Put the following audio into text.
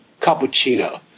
cappuccino